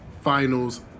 finals